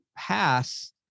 pass